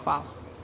Hvala.